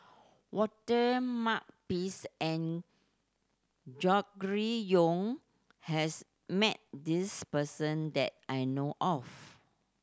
Walter Makepeace and Gregory Yong has met this person that I know of